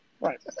Right